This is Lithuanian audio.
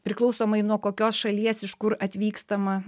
priklausomai nuo kokios šalies iš kur atvykstama